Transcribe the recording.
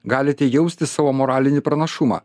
galite jausti savo moralinį pranašumą